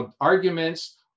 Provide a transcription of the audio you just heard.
arguments